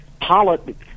politics